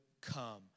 come